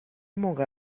موقع